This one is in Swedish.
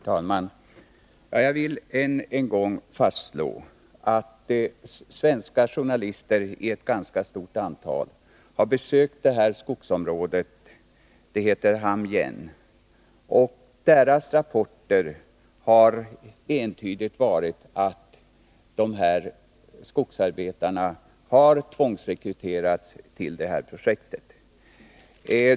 Herr talman! Jag vill än en gång fastslå att ett stort antal svenska journalister har besökt detta skogsområde — det heter Ham Yen. Deras rapporter har entydigt gått ut på att dessa skogsarbetare har tvångsrekryterats till projektet.